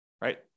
Right